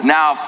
Now